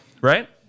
right